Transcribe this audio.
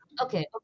okay